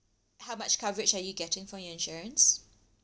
how much coverage are you getting for your insurance